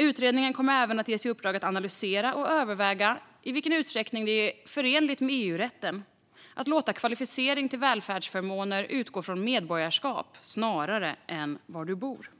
Utredningen kommer även att ges i uppdrag att analysera och överväga i vilken utsträckning det är förenligt med EU-rätten att låta kvalificering till välfärdsförmåner utgå från medborgarskap snarare än var man bor.